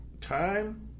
time